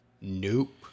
nope